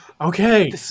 Okay